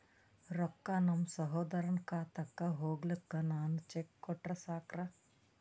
ರೊಕ್ಕ ನಮ್ಮಸಹೋದರನ ಖಾತಕ್ಕ ಹೋಗ್ಲಾಕ್ಕ ನಾನು ಚೆಕ್ ಕೊಟ್ರ ಸಾಕ್ರ?